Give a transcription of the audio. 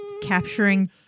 capturing